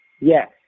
yes